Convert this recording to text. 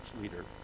leader